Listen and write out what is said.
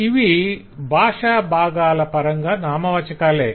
ఇవి భాషాబాగాల పరంగా నామవాచాకాలే